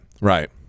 right